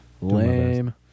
Lame